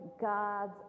God's